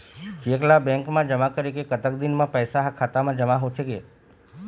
Cheque ला bank मा जमा करे के कतक दिन मा पैसा हा खाता मा जमा होथे थे?